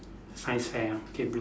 science fair ah K blue